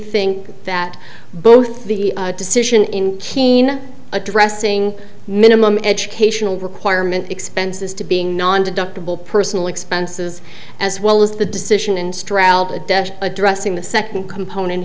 think that both the decision in kenya addressing minimum educational requirement expenses to being nondeductible personal expenses as well as the decision in addressing the second component